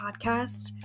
podcast